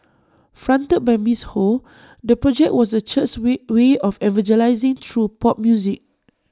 fronted by miss ho the project was the church's way way of evangelising through pop music